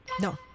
No